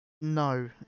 No